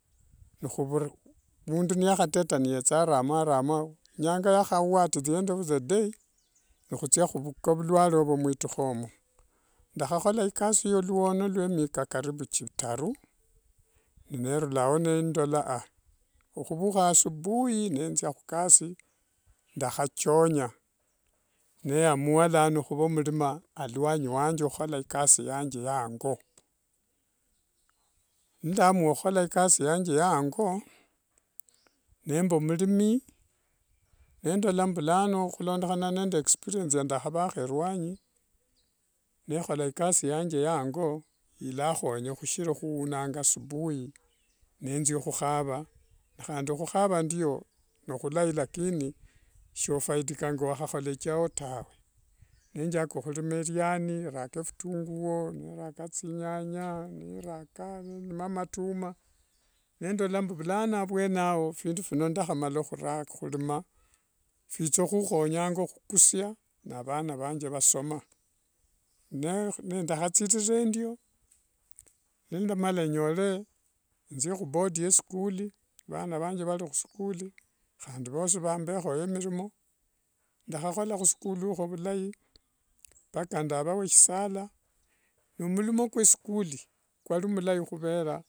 Mundu niykhateta niyetsa aramo aramo inyanga niyakhawa at the end of the day nikhwitsa khuvuka vulware ovo mwitikho omo ndakhakhola ikasi eyo khuluono lwa miaka karibu chitaru, nerulao nendola aah okhuvukha asubui nenzia khukasi ndakhajonga neyamua nano khuva omurima aluanyi wanje okhukhola ikasi yange ya ango, nindamua okhukhola ikasi yanje ya ango ilakhonya khushira khuunanga asubui khukhavakhandi khukhava ndio nikhulai lakini sofaidika ngowakhakhola chiao tawe nenjaka okhurima eriani, raka phitunguo nerala thinyanya neraka nindima matumwa nendola mbu vulano avuene ao phindu phino ndakhamala khutima phithokhukhonyanga khukusia avana vange vasoma ndakhathirira endio ndakhamala nyore nzie khuboard yeschool vana vange vari khusichool khandi vosi vambekhoyo mirimo ndakhakhola khusichool okho vulai ni mirimo ndakhakhola khusichool okho vulai mpaka ndava wesisala ni murimo kweschool kwari mulai khuvera.